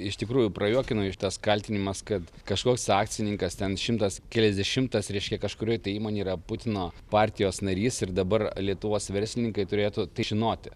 iš tikrųjų prajuokino šitas kaltinimas kad kažkoks tai akcininkas ten šimtas keliasdešimtas reiškia kažkurioj tai įmonėj yra putino partijos narys ir dabar lietuvos verslininkai turėtų tai žinoti